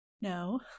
No